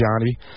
Johnny